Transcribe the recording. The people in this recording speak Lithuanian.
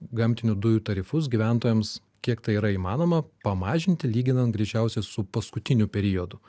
gamtinių dujų tarifus gyventojams kiek tai yra įmanoma pamažinti lyginant greičiausiai su paskutiniu periodu